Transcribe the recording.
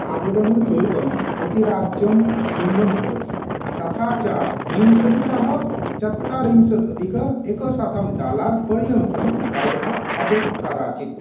आवेदनशुल्कं प्रतिराज्यं भिन्नं भवति तथा च विंशतितः चत्वारिंशत् अधिक एकशतं डालर् पर्यन्तं व्ययः भवेत् कदाचित्